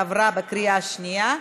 עברה בקריאה שנייה,